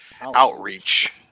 outreach